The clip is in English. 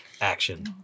Action